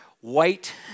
white